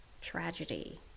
tragedy